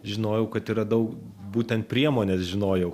žinojau kad yra daug būtent priemones žinojau